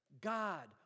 God